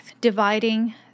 dividing